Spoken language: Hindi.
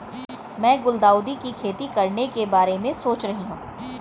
मैं गुलदाउदी की खेती करने के बारे में सोच रही हूं